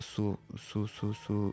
su su su su